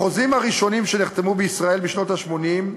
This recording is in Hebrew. בחוזים הראשונים, שנחתמו בישראל בשנות ה-80,